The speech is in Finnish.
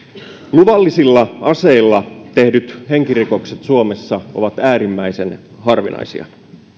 luvallisilla aseilla tehdyt henkirikokset suomessa ovat äärimmäisen harvinaisia